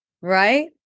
Right